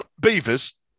Beavers